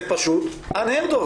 זה פשוט לא נשמע.